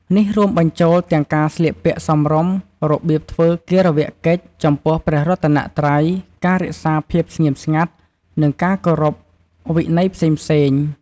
ការណែនាំនេះធ្វើឡើងក្នុងគោលបំណងរក្សាសណ្ដាប់ធ្នាប់ និងភាពថ្លៃថ្នូរនៃទីអារាម។